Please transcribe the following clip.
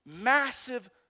Massive